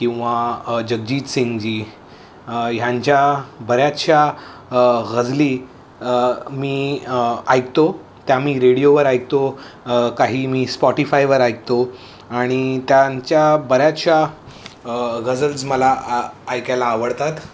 किंवा जगजीत सिंगजी ह्यांच्या बऱ्याचशा गजली मी ऐकतो त्या मी रेडिओवर ऐकतो काही मी स्पॉटीफायवर ऐकतो आणि त्यांच्या बऱ्याचशा गजल्स मला ऐकायला आवडतात